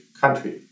country